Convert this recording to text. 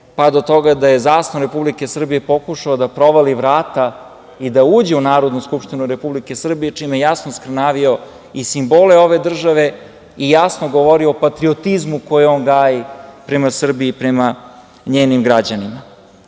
pa do toga da je zastavom Republike Srbije pokušao da provali vrata i da uđe u Narodnu skupštinu Republike Srbije, čime je jasno oskrnavio i simbole ove države i jasno govori o patriotizmu koji on gaji prema Srbiji i prema njenim građanima.U